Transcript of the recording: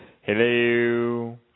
Hello